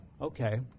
Okay